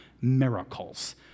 miracles